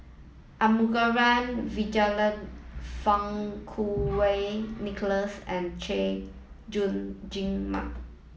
Arumugam Vijiaratnam Fang Kuo Wei Nicholas and Chay Jung Jun Mark